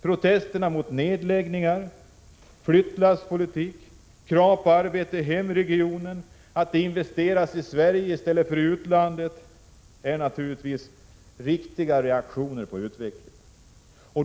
Protesterna mot nedläggningar och flyttlasspolitik, kravet på arbete i hemregionen, kravet att det skall investeras i Sverige i stället för i utlandet, är naturligtvis riktiga reaktioner på utvecklingen.